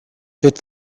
fit